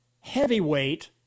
heavyweight